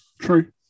true